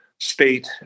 state